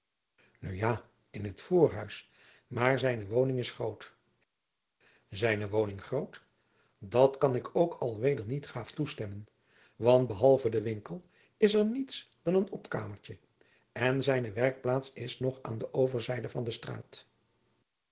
nu ja in t voorhuis maar zijne woning is groot zijne woning groot dat kan ik ook alweder niet gaaf toestemmen want behalve den winkel is er niets dan een opkamertje en zijne werkplaats is nog aôn de overzijde van de straat